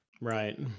right